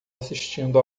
assistindo